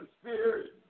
spirit